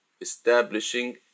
establishing